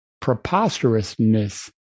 preposterousness